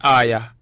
aya